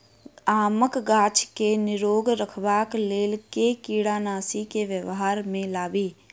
आमक गाछ केँ निरोग रखबाक लेल केँ कीड़ानासी केँ व्यवहार मे लाबी?